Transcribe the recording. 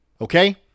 Okay